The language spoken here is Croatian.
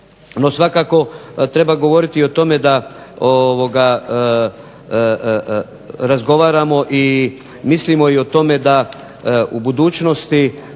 svakako, treba govoriti i o tome da razgovaramo i mislimo i o tome da u budućnosti